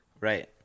Right